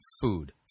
food